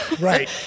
Right